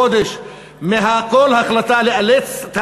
הזהיר לפני יותר מחודש מכל החלטה לאלץ את